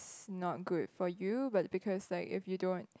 is not good for you but because like if you don't